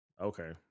okay